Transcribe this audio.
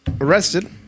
Arrested